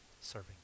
Serving